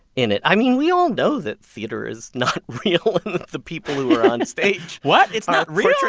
in it. i mean, we all know that theater is not real and that the people who are on stage. what? it's not real.